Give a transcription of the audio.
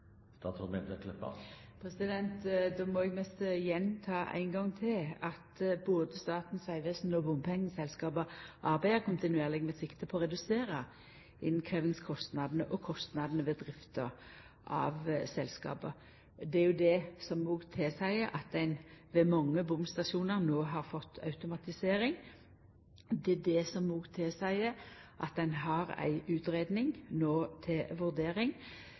Då må eg mest gjenta at både Statens vegvesen og bompengeselskapa arbeider kontinuerleg med sikte på å redusera innkrevjingskostnadene og kostnadene ved drift av selskapa. Det er jo det som tilseier at ein ved mange bomstasjonar no har fått automatisering. Det er det som òg tilseier at ein no har ei utgreiing til vurdering.